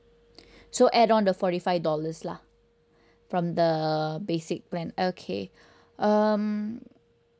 so add on the forty five dollars lah from the basic plan okay um